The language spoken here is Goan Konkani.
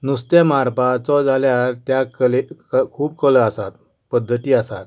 नुस्तें मारपाचो जाल्यार त्या कलेक खूब खोल आसा पद्दती आसा